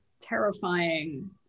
terrifying